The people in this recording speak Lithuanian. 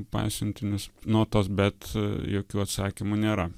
pasiuntinius nu tos bet jokių atsakymų nėra